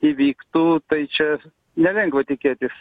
įvyktų tai čia nelengva tikėtis